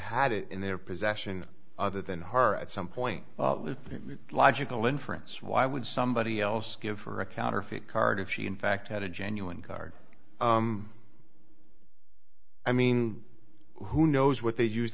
had it in their possession other than her at some point logical inference why would somebody else give her a counterfeit card if she in fact had a genuine card i mean who knows what they use